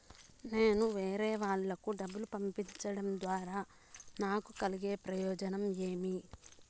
నేను వేరేవాళ్లకు డబ్బులు పంపించడం ద్వారా నాకు కలిగే ప్రయోజనం ఏమి?